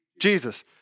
Jesus